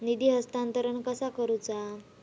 निधी हस्तांतरण कसा करुचा?